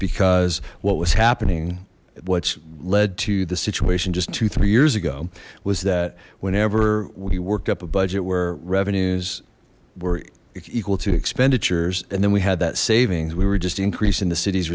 because what was happening what's led to the situation just two three years ago was that whenever we worked up a budget where revenues were equal to expenditures and then we had that savings we were just increase in the cit